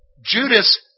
Judas